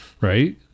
Right